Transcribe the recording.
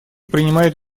принимает